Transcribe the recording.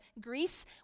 Greece